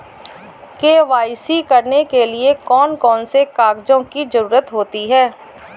KYC करने के लिए कौन कौन से कागजों की जरूरत होती है?